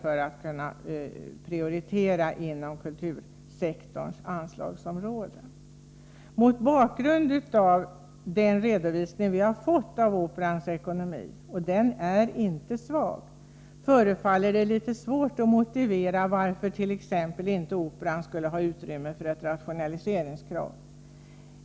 Då hade man kunnat prioritera inom kultursektorns anslagsområde. Mot bakgrund av den redovisning av Operans ekonomi som vi har fått — och den ekonomin är inte svag — förefaller det litet svårt att motivera varför inte Operan skulle ha utrymme för ett rationaliseringskrav.